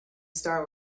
star